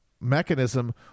mechanism